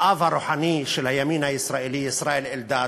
האב הרוחני של הימין הישראלי, ישראל אלדד,